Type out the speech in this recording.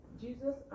Jesus